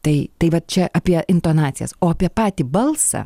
tai tai va čia apie intonacijas o apie patį balsą